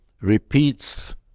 repeats